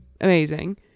amazing